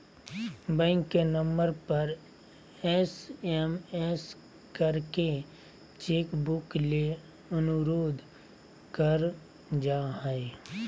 bank के number पर SMS करके चेक बुक ले अनुरोध कर जा हय